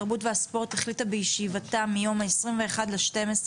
התרבות והספורט החליטה בישיבתה מיום 12 בדצמבר